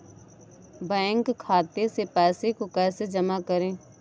Bank खाते से पैसे को कैसे जमा करें?